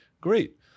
great